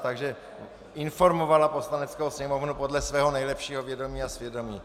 Takže informovala Poslaneckou sněmovnu podle svého nejlepšího vědomí a svědomí.